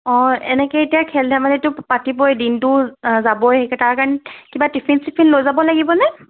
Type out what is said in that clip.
অঁ এনেকৈ এতিয়া খেল ধেমালিটো পাতিবই দিনটোও যাবই এতিয়া তাৰকাৰণে কিবা টিফিন চিফিন লৈ যাব লাগিবনে